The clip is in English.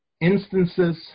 instances